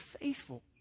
faithful